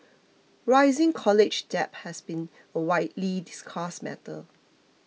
rising college debt has been a widely discussed matter